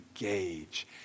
engage